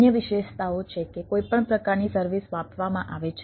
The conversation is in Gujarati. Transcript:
અન્ય વિશેષતાઓ છે કે કોઈપણ પ્રકારની સર્વિસ માપવામાં આવે છે